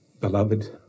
beloved